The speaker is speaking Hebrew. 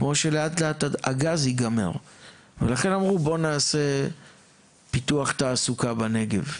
כמו שלאט לאט הגז ייגמר ולכן אמרו בוא נעשה פיתוח תעסוקה בנגב.